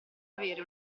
avere